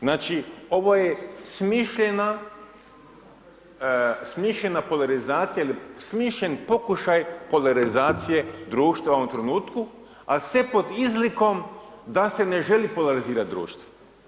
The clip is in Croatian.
Znači, ovo je smišljena polarizacija ili smišljen pokušaj polarizacije društva u ovom trenutku, a sve pod izlikom da se ne želi polarizirati društvo.